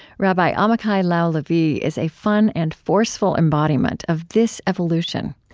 rabbi amichai lau-lavie is a fun and forceful embodiment of this evolution.